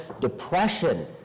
depression